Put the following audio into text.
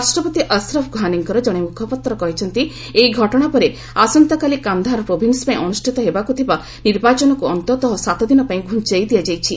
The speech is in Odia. ରାଷ୍ଟ୍ରପତି ଅସ୍ରଫ୍ ଘାନିଙ୍କର ଜଣେ ମୁଖପାତ୍ର କହିଛନ୍ତି ଏହି ଘଟଣା ପରେ ଆସନ୍ତାକାଲି କାନ୍ଦାହାର ପ୍ରୋଭିନ୍ସ ପାଇଁ ଅନୁଷ୍ଠିତ ହେବାକୁ ଥିବା ନିର୍ବାଚନକୁ ଅନ୍ତତଃ ସାତ ଦିନ ପାଇଁ ଘ୍ରଞ୍ଚାଇ ଦିଆଯାଇଛି